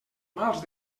mals